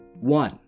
One